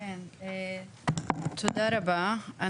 ראשית,